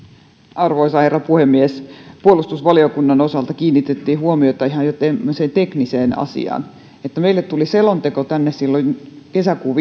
arvoisa herra puhemies puolustusvaliokunnan osalta kiinnitimme huomiota ihan jo tämmöiseen tekniseen asiaan että meille tuli selonteko tänne silloin kesäkuun